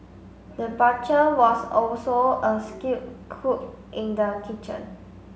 the was also a skilled cook in the kitchen